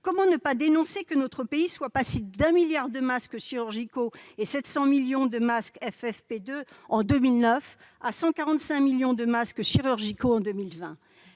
comment ne pas dénoncer le fait que notre pays soit passé de 1 milliard de masques chirurgicaux et 700 millions de masques FFP2 en 2009 à 145 millions de masques chirurgicaux en 2020 ?